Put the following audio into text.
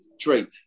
trait